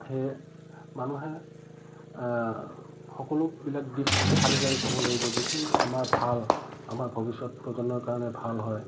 সেয়ে মানুহে সকলোবিলাক দিশ চালি জাৰি চাব লাগিব যিটো আমাৰ ভাল আমাৰ ভৱিষ্যত প্ৰজন্মৰ কাৰণে ভাল হয়